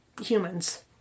humans